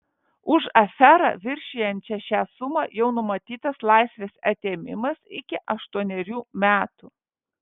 už aferą viršijančią šią sumą jau numatytas laisvės atėmimas iki aštuonerių metų